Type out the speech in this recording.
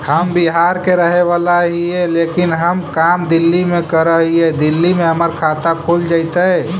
हम बिहार के रहेवाला हिय लेकिन हम काम दिल्ली में कर हिय, दिल्ली में हमर खाता खुल जैतै?